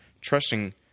trusting